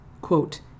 quote